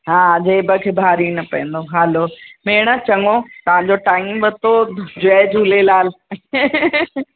हा जेब खे भारी न पईंदो हलो भेण चङो तव्हां जो टाइम वरितो जय झूलेलाल